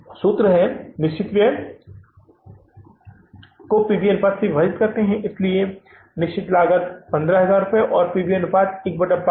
सूत्र निश्चित व्यय पी वी अनुपात से विभाजित है इसलिए निश्चित लागत 15000 है और पी वी अनुपात कितना है